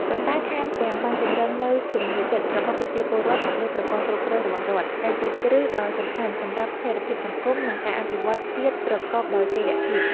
ប៉ុន្តែថែមទាំងបានពង្រឹងនូវជំនឿចិត្តរបស់ប្រជាពលរដ្ឋមកលើប្រព័ន្ធគ្រប់គ្រងរបស់រដ្ឋ ដែលជាគ្រឹះដ៏សំខាន់សម្រាប់ស្ថិរភាពសង្គម និងការអភិវឌ្ឍជាតិប្រកបដោយចីរភាព។